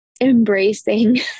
embracing